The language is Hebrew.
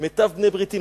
מיטב בני-בריתי.